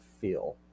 feel